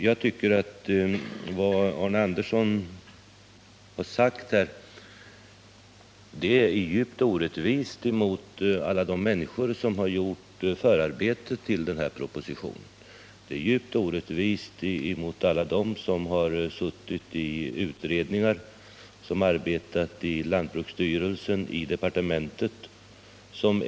Vad Arne Andersson i Ljung har sagt tycker jag är djupt orättvist mot alla 103 de människor som har gjort förarbetet till den här propositionen, som har suttit i utredningar, som har arbetat i lantbruksstyrelsen och i departementet.